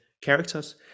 characters